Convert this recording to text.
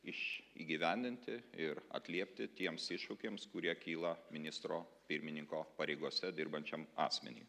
iš įgyvendinti ir atliepti tiems iššūkiams kurie kyla ministro pirmininko pareigose dirbančiam asmeniui